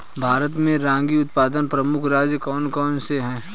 भारत में रागी उत्पादक प्रमुख राज्य कौन कौन से हैं?